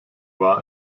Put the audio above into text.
war